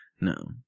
No